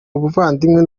ubuvandimwe